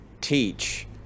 teach